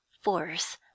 force